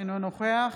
אינו נוכח